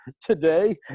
today